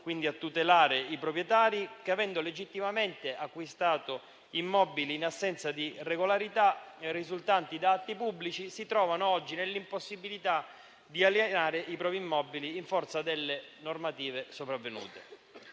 quindi, a tutelare i proprietari che, avendo legittimamente acquistato immobili in assenza di irregolarità risultanti da atti pubblici, si trovano oggi nell'impossibilità di alienare i propri immobili in forza delle normative sopravvenute.